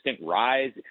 rise